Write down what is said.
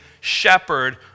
shepherd